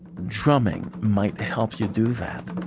drumming might help you do that